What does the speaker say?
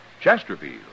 Chesterfield